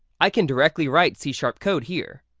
i can directly write c sharp code here.